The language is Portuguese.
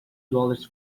dólares